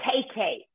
KK